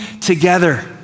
Together